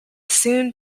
soon